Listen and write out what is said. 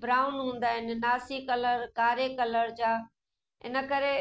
brown हूंदा आहिनि नासी कलर कारे कलर जा इन करे